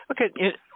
Okay